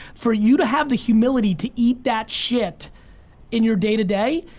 for you to have the humility to eat that shit in your day to day,